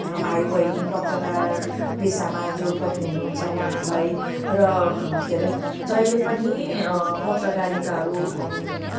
भाइबहिनी पत्रकार पेसामा जो पनि हुनुहुन्छ उहाँहरूलाई र के अरे जहिले पनि पत्रकारिताहरू